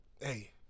hey